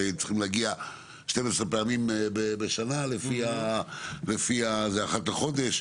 הרי צריכים להגיע 12 פעמים בשנה, אחת לחודש.